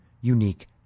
unique